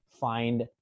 find